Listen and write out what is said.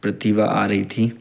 प्रतिमा आ रही थी